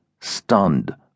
stunned